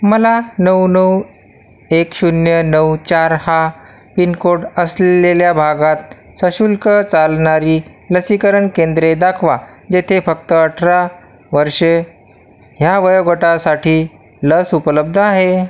मला नऊ नऊ एक शून्य नऊ चार हा पिनकोड असलेल्या भागात सशुल्क चालणारी लसीकरण केंद्रे दाखवा जेथे फक्त अठरा वर्षे ह्या वयोगटासाठी लस उपलब्ध आहे